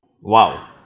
wow